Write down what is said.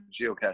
geocaching